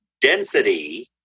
density